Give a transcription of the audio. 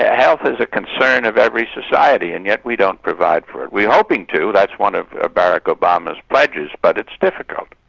ah health is a concern of every society, and yet we don't provide for it. we're hoping to, that's one of barack obama's pledges, but it's difficult.